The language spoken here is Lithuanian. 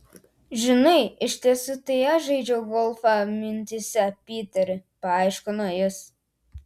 žinai iš tiesų tai aš žaidžiau golfą mintyse piteri paaiškino jis